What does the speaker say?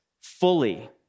fully